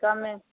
कमे